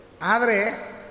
Adre